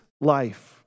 life